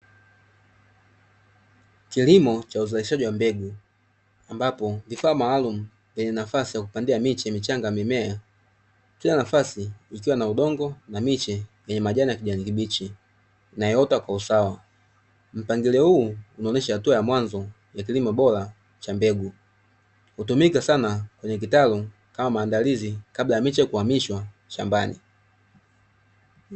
Kilimo cha uzalishaji wa mbegu ambapo vifaa maalumu vyenye nafasi ya kupandia miche michanga ya mimea, kila nafasi ikiwa na udongo na miche yenye majani ya kijani kibichi inayoota kwa usawa. Mpangilio huu unaonyesha hatua ya mwanzo ya kilimo bora cha mbegu. Hutumika sana kwenye kitalu kama maandalizi kabla ya miche kuhamishwa shambani.